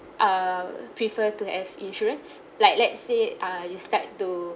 err prefer to have insurance like let's say uh you start to